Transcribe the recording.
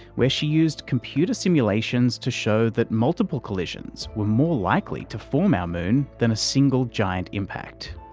where she used computer simulations to show that multiple collisions were more likely to form our moon than a single giant impact.